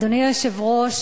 אדוני היושב-ראש,